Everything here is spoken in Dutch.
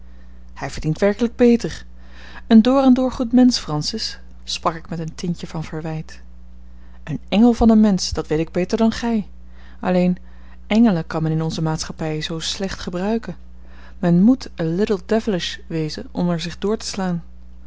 hij verdient werkelijk beter een door en door goed mensch francis sprak ik met een tintje van verwijt een engel van een mensch dat weet ik beter dan gij alleen engelen kan men in onze maatschappij zoo slecht gebruiken men moet a little devilish wezen om er zich door te slaan